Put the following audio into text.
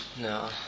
No